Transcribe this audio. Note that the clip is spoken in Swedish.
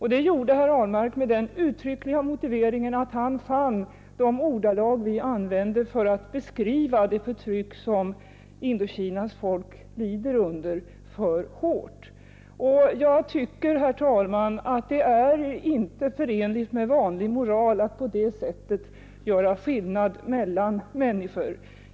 Herr Ahlmark motiverade uttryckligen sin vägran med att han fann de ordalag för hårda som vi använde för att beskriva det förtryck som Indokinas folk lider under. Jag tycker, herr talman, att det inte är förenligt med vanlig moral att på det sättet göra skillnad mellan människor.